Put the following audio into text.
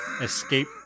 escape